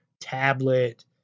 tablet